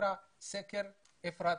שנקרא סקר אפרתי-ולדמן.